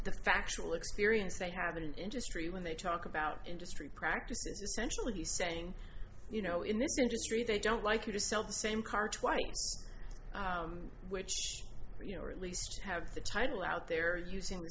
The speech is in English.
the factual experience they have an industry when they talk about industry practices essentially saying you know in this industry they don't like you to sell the same car twice which you know or at least have the title out there using